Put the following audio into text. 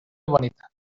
bonita